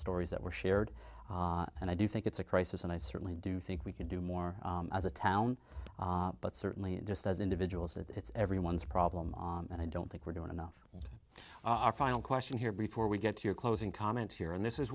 stories that were shared and i do think it's a crisis and i certainly do think we can do more as a town but certainly just as individuals it's everyone's problem and i don't think we're doing enough our final question here before we get to your closing comments here and this is